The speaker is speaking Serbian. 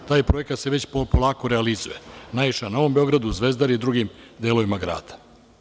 Taj projekat se već polako realizuje, najviše na Novom Beogradu, Zvezdari i drugim delovima grada.